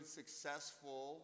successful